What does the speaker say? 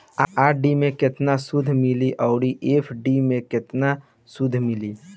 RD मे केतना सूद मिली आउर एफ.डी मे केतना सूद मिली?